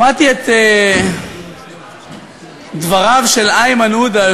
שמעתי את דבריו של איימן עודה,